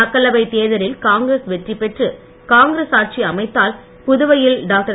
மக்களவைத் தேர்தலில் காங்கிரஸ் வெற்றிபெற்று காங்கிரஸ் ஆட்சி அமைத்தால் புதுவையில் டாக்டர்